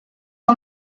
que